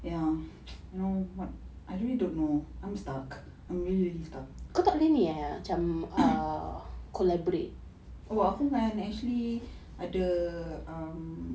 ya you know what I really don't know I'm stuck I'm really really stuck oh aku dengan ashley ada um